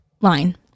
line